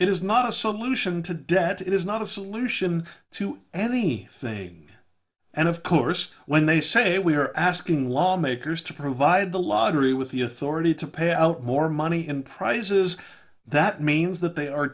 is not a solution to debt is not a solution to any thing and of course when they say we are asking lawmakers to provide the lottery with the authority to pay out more money in prizes that means that they are